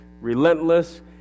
relentless